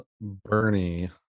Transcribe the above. Bernie